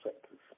sectors